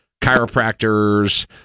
chiropractors